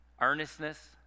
Earnestness